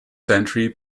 century